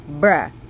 bruh